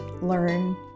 learn